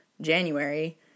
January